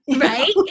Right